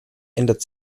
ändert